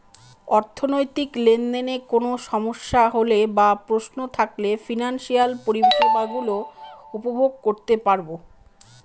অর্থনৈতিক লেনদেনে কোন সমস্যা হলে বা প্রশ্ন থাকলে ফিনান্সিয়াল পরিষেবা গুলো উপভোগ করতে পারবো